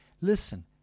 Listen